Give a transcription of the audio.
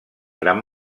gran